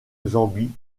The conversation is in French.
zambie